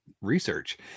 research